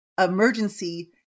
Emergency